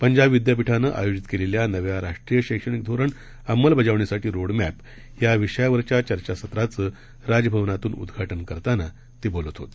पंजाब विद्यापीठानं गुरुवारी आयोजित केलेल्या नव्या राष्ट्रीय शैक्षणिक धोरण अंमलबजावणीसाठी रोडमध्या विषयावरील चर्चासत्राचं राजभवन इथून उद्घाटन करताना ते बोलत होते